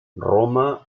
roma